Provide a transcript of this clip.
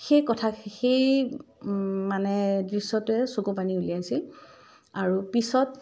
সেই কথাখি সেই মানে দৃশ্যটোৱে চকুপানী উলিয়াইছিল আৰু পিছত